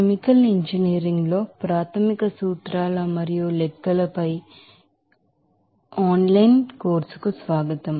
chemical engineering లో ప్రాథమిక సూత్రాలు మరియు లెక్కలపై భారీ ఓపెన్ ఆన్ లైన్ కోర్సుకు స్వాగతం